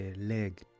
leg